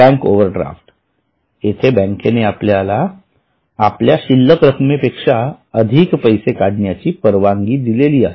bank overdraft येथे बँकेने आपल्याला आपल्या शिल्लक रक्कमे पेक्षा अधिक पैसे काढण्याची परवानगी दिलेली आहे